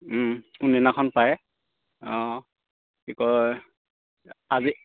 কোন দিনাখন পাৰে অঁ কি কয় আজি